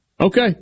Okay